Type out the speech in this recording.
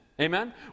Amen